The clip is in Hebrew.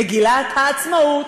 מגילת העצמאות.